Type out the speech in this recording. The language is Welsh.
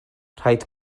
rhaid